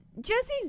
Jesse's